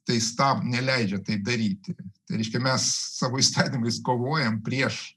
tai sta neleidžia tai daryti reiškia mes savo įstatymais kovojam prieš